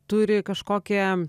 turi kažkokią